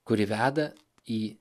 kuri veda į